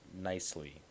nicely